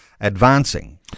advancing